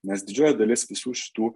nes didžioji dalis visų šitų